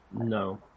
No